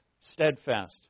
steadfast